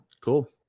cool